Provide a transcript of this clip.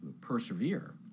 persevere